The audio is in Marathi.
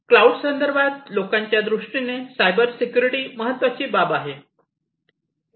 क्लाऊड संदर्भात लोकांच्या दृष्टीने सायबर सिक्युरिटी महत्त्वाची बाब आहे